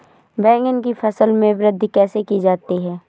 बैंगन की फसल में वृद्धि कैसे की जाती है?